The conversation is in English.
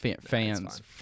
fans